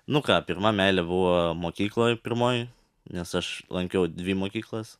nu ką pirma meilė buvo mokykloj pirmoj nes aš lankiau dvi mokyklas